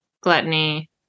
gluttony